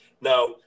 Now